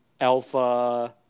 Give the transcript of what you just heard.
alpha